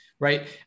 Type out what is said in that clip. Right